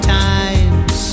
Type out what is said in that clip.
times